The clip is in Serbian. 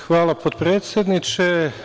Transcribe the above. Hvala, potpredsedniče.